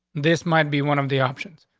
this might be one of the options.